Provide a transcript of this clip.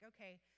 okay